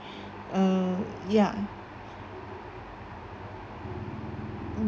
uh ya